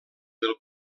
del